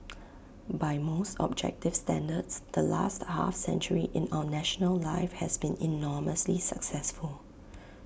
by most objective standards the last half century in our national life has been enormously successful